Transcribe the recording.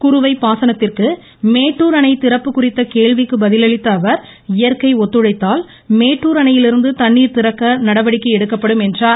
குறுவை பாசனத்திற்கு மேட்டூர் அணை திறப்பு குறித்த கேள்விக்கு பதிலளித்த அவர் இயற்கை ஒத்துழைத்தால் மேட்டுர் அணையிலிருந்து தண்ணீர் திறக்க நடவடிக்கை எடுக்கப்படும் என்றார்